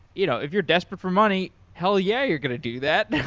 you know if you're desperate for money, hell yeah you're going to do that.